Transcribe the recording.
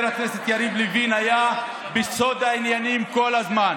חבר הכנסת יריב לוין, היה בסוד העניינים כל הזמן,